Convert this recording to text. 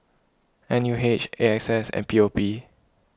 N U H A X S and P O P